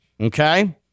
okay